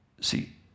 See